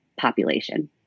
population